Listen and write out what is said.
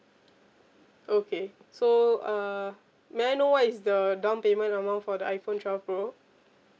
okay so uh may I know what is the downpayment amount for the iphone twelve pro